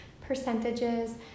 percentages